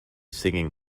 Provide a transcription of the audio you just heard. singing